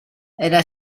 era